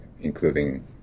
including